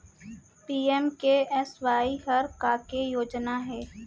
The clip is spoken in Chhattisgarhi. पी.एम.के.एस.वाई हर का के योजना हे?